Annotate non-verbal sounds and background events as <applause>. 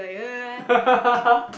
<laughs>